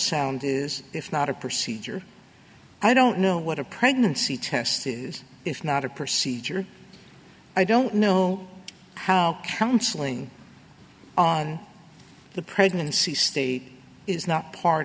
sound is it's not a procedure i don't know what a pregnancy test is it's not a procedure i don't know how counseling on the pregnancy state is not part